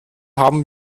haben